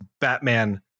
Batman